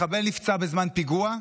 מחבל נפצע בזמן פיגוע,